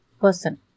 person